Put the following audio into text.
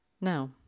Now